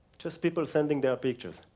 just people sending their pictures.